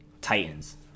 titans